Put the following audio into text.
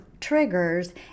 triggers